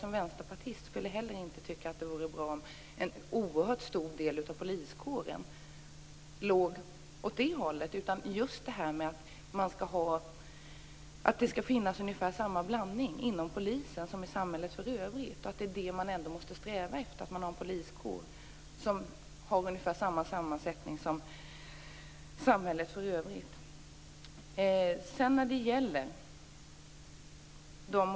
Som vänsterpartist skulle inte heller jag tycka att det vore bra om en oerhört stor del av poliskåren låg åt det hållet. Det skall finnas ungefär samma blandning inom polisen som i samhället i stort. Det man ändå måste sträva efter är att ha en poliskår som har ungefär samma sammansättning som samhället i övrigt.